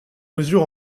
mesure